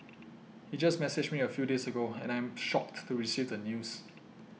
he just messaged me a few days ago and I am shocked to receive the news